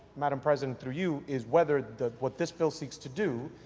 madam president, through you is whether what this bill seeks to do,